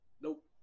Nope